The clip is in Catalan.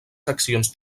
seccions